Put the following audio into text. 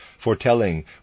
foretelling